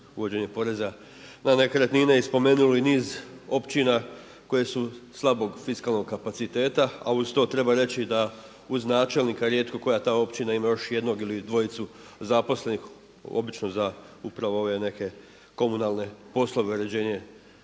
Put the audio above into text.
uvođenje poreza na nekretnine i spomenuli niz općina koje su slabog fiskalnog kapaciteta, a uz to treba reći da uz načelnika rijetko koja ta općina ima još jednog ili dvojicu zaposlenih obično za upravo ove neke komunalne poslove, uređenje